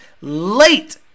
Late